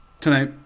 Tonight